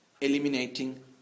eliminating